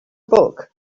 book